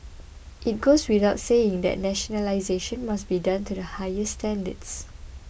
it goes without saying that nationalisation must be done to the highest standards